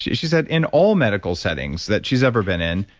she said in all medical settings that she's ever been in,